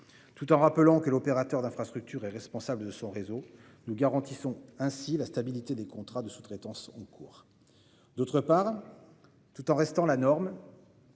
Tout en rappelant que l'opérateur d'infrastructure est responsable de son réseau, nous garantissons ainsi la stabilité des contrats de sous-traitance en cours. Ensuite, tout en restant la norme,